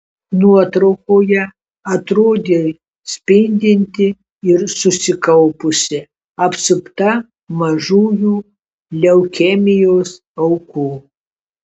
nuotraukoje atrodė spindinti ir susikaupusi apsupta mažųjų leukemijos aukų